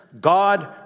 God